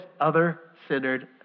other-centered